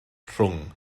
rhwng